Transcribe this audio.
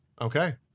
Okay